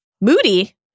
Moody